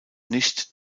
nicht